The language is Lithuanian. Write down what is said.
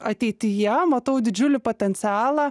ateityje matau didžiulį potencialą